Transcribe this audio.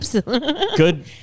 Good